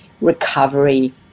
recovery